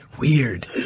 Weird